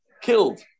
killed